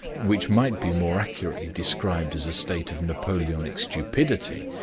which might be more accurately described as a state of napoleonic stupidity,